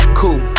cool